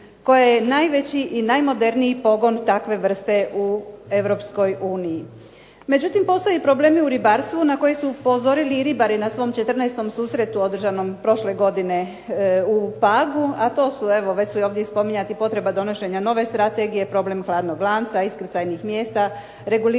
koje je najveći i najmoderniji pogon takve vrste u Europskoj uniji. Međutim, postoji problemi u ribarstvu na koje su upozorili i ribari na svom 14. susretu održanom prošle godine u Pagu, a to su evo ovdje spomenuti donošenje nove strategije, problem hladnog lanca, iskrcajnih mjesta, reguliranje